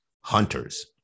hunters